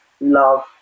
love